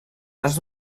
grans